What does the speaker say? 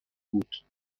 بود